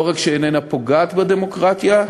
לא רק שאיננה פוגעת בדמוקרטיה,